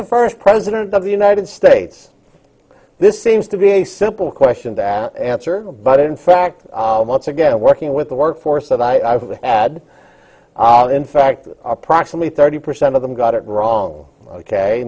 the first president of the united states this seems to be a simple question that answer but in fact once again working with the workforce that i had in fact approximately thirty percent of them got it wrong ok